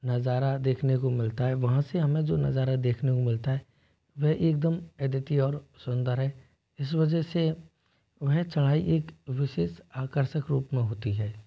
नज़ारा देखने को मिलता है वहाँ से हमें जो नज़ारा देखने को मिलता है वह एक दम अद्वितीय और सुंदर है इस वजह से वह चढ़ाई एक विशेष आकर्षक रूप में होती है